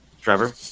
Trevor